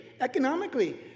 economically